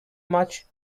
much